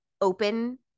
open